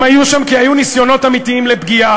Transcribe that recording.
הם היו שם כי היו ניסיונות אמיתיים לפגיעה,